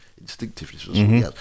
Instinctively